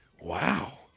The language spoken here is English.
wow